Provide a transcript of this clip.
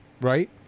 right